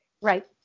right